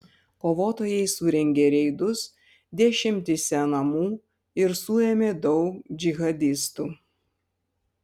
kovotojai surengė reidus dešimtyse namų ir suėmė daug džihadistų